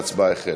ההצבעה החלה.